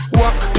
walk